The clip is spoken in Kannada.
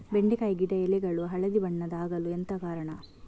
ಬೆಂಡೆಕಾಯಿ ಗಿಡ ಎಲೆಗಳು ಹಳದಿ ಬಣ್ಣದ ಆಗಲು ಎಂತ ಕಾರಣ?